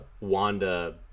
wanda